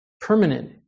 permanent